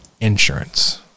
insurance